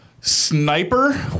Sniper